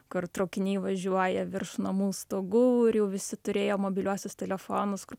kur traukiniai važiuoja virš namų stogų ir jau visi turėjo mobiliuosius telefonus kur